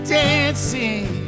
dancing